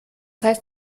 heißt